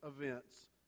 events